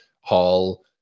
Hall